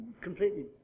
completely